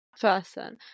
person